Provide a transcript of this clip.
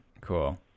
Cool